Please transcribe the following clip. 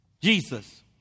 Jesus